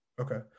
Okay